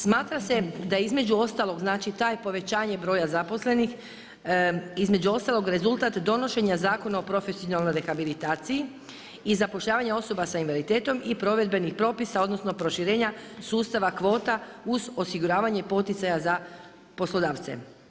Smatra se da između ostalog znači to povećanje broja zaposlenih, između ostalog rezultat donošenja Zakona o profesionalnoj rehabilitaciji i zapošljavanje osoba sa invaliditetom i provedbenih propisa odnosno proširenja sustava kvota uz osiguravanje poticaja za poslodavce.